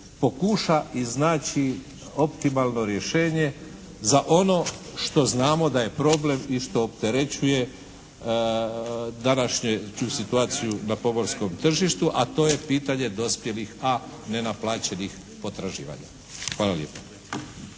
pokuša iznaći optimalno rješenje za ono što znamo da je problem i što opterećuje današnju situaciju na pomorskom tržištu, a to je pitanje dospjelih, a nenaplaćenih potraživanja. Hvala lijepo.